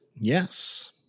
Yes